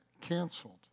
canceled